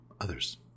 others